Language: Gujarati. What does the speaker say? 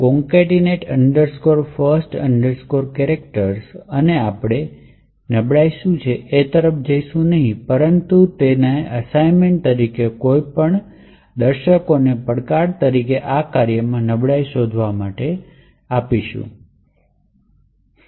concatenate first chars અને આપણે નબળાઈ શું છે તે તરફ જઈશું નહીં પરંતુ તેને અસાઇનમેન્ટ તરીકે કોઈપણ દર્શકોને પડકાર તરીકે આ કાર્યમાં આ નબળાઈઓ શોધવા માટે પ્રયાસ કરવા કહીશું